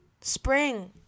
spring